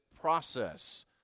process